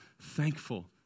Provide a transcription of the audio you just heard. thankful